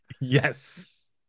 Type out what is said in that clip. Yes